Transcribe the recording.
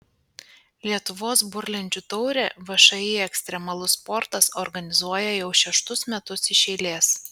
lietuvos burlenčių taurę všį ekstremalus sportas organizuoja jau šeštus metus iš eilės